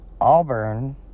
Auburn